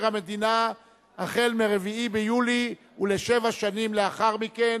המדינה החל מ-4 ביולי ולשבע שנים לאחר מכן.